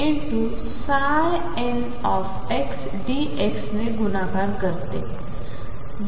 ने गुणाकार करते